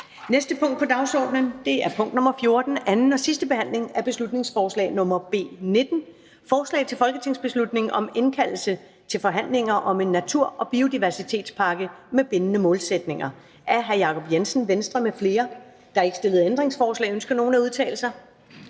næste punkt på dagsordenen er: 14) 2. (sidste) behandling af beslutningsforslag nr. B 19: Forslag til folketingsbeslutning om indkaldelse til forhandlinger om en natur- og biodiversitetspakke med bindende målsætninger. Af Jacob Jensen (V) m.fl. (Fremsættelse 07.10.2020. 1. behandling